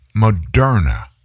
Moderna